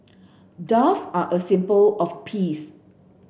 dove are a symbol of peace